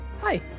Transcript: Hi